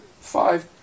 five